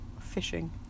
Fishing